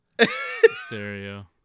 stereo